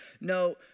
No